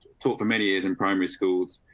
taught for many years in primary schools.